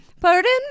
Pardon